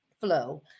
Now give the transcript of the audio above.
flow